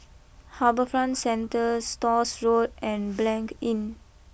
HarbourFront Centre Stores Road and Blanc Inn